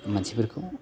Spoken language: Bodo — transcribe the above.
मानसिफोरखौ